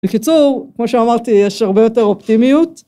בקיצור כמו שאמרתי יש הרבה יותר אופטימיות